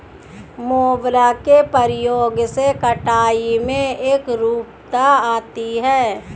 mower के प्रयोग से कटाई में एकरूपता आती है